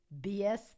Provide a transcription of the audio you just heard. BS